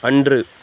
அன்று